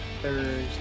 Thursday